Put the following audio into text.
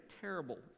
terrible